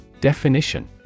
Definition